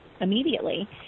immediately